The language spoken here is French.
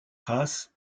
race